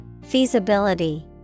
Feasibility